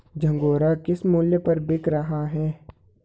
झंगोरा किस मूल्य पर बिक रहा है?